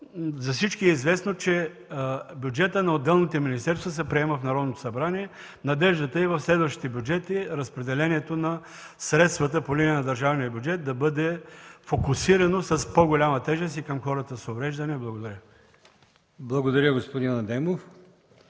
за всички е известно, че бюджетът на отделните министерства се приема в Народното събрание. Надеждата е в следващите бюджети разпределението на средствата по линия на държавния бюджет да бъде фокусирано с по-голяма тежест и към хората с увреждания. Благодаря.